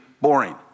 boring